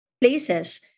places